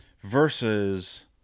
versus